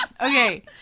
Okay